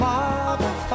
Father